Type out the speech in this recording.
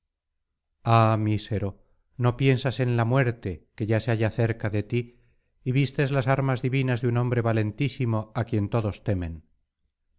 ah mísero no piensas en la muerte que ya sk halla cerca de ti y vistes las armas de un hombre valentísimo a quien todos temen